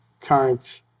current